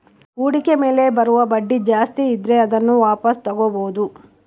ಹೂಡಿಕೆ ಮೇಲೆ ಬರುವ ಬಡ್ಡಿ ಜಾಸ್ತಿ ಇದ್ರೆ ಅದನ್ನ ವಾಪಾಸ್ ತೊಗೋಬಾಹುದು